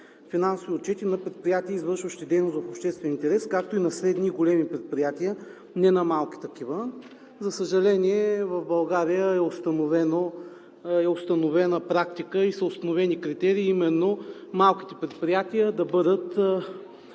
финансови отчети на предприятия, извършващи дейност в обществен интерес, както и на средни и големи предприятия, не на малки такива. За съжаление, в България е установена практика и критерии именно малките предприятия да бъдат